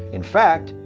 in fact,